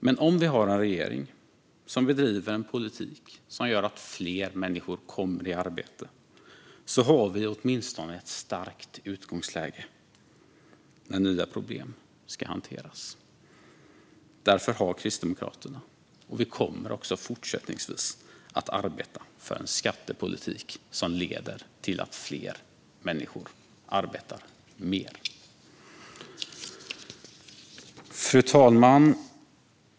Men om vi har en regering som bedriver en politik som gör att fler människor kommer i arbete har vi åtminstone ett starkt utgångsläge när nya problem ska hanteras. Därför har Kristdemokraterna arbetat, och vi kommer också fortsättningsvis att arbeta, för en skattepolitik som leder till att fler människor arbetar mer. Fru talman!